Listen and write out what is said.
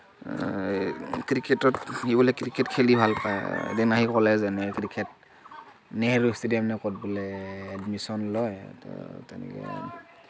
ক্ৰিকেটত সি বোলে ক্ৰিকেট খেলি ভাল পায় এদিন আহি ক'লে নেহেৰু ষ্টেডিয়াম নে ক'ত বোলে এডমিশ্যন লয় তেনেকে